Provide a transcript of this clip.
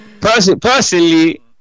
Personally